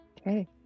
Okay